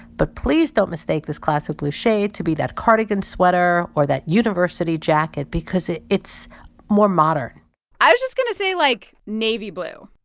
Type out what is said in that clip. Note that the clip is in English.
but please, don't mistake this classic blue shade to be that cardigan sweater or that university jacket because it's more modern i was just going to say, like, navy blue,